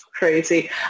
Crazy